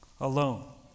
alone